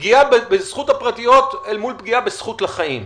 פגיעה בזכות לפרטיות אל מול פגיעה בזכות לחיים.